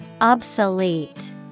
Obsolete